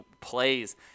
plays –